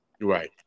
Right